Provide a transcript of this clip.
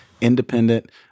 independent